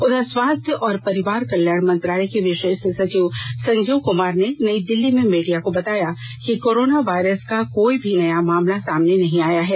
उधर स्वास्थ्य और परिवार कल्याण मंत्रालय के विशेष सचिव संजीव कुमार ने नई दिल्ली में मीडिया को बताया कि कोरोना वायरस का कोई भी नया मामला सामने नहीं आया है